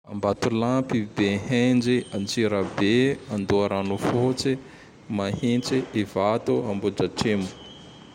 Ambatolampy, Behenjy, Antsirabe, Andoharanofotsy, Mahintsy, Ivato, Ambodratrimo.